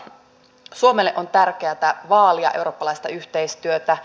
suomelle on tärkeätä vaalia eurooppalaista yhteistyötä